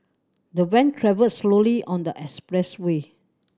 the van travelled slowly on the expressway